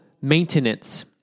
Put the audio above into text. maintenance